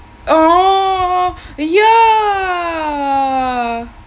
oh ya